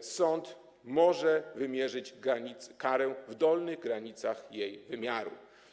sąd może wymierzyć karę w dolnych granicach jej wymiaru.